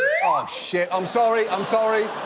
ah shit, i'm sorry. i'm sorry.